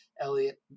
Elliot